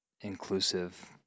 inclusive